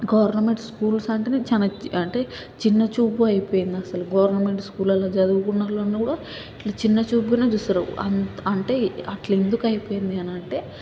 government schools అంటేనే చాలా అంటే చిన్న చూపు అయిపోయింది అస్సలు గవర్నమెంట్ స్కూల్లల్లో చదువుకునోళ్లు అన్నా కూడా చిన్న చూపుగానే చూస్తారు అం అంటే అట్లా ఎందుకు అయిపోయిందని అంటే